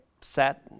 sat